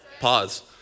Pause